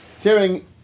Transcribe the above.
tearing